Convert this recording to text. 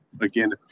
Again